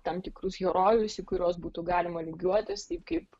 tam tikrus herojus į kuriuos būtų galima lygiuotis į kaip